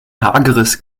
hageres